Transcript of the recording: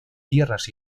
tierras